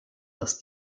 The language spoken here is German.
dass